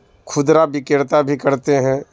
کھدرا وکریتا بھی کرتے ہیں